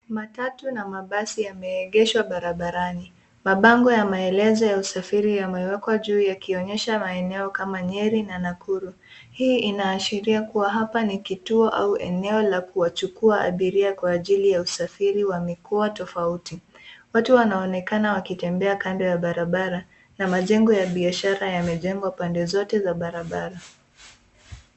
Matatu na mabasi yameegeshwa barabarani. Mabango ya maelezo ya usafiri yamewekwa juu yakionesha maeneo kama Nyeri na Nakuru. Hii inaashiria kuwa hapa ni kituo au eneo la kuwachukua abiria kwa ajili ya usafiri wa mikua tofauti. Watu wanaonekana wakitembea kando ya barabara na majengo ya biashara yamejengwa pande zote za barabara.